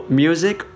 music